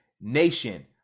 Nation